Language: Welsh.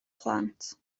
plant